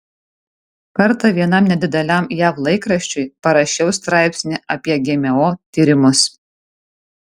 kartą vienam nedideliam jav laikraščiui parašiau straipsnį apie gmo tyrimus